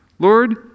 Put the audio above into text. Lord